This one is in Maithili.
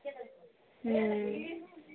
ह्म्म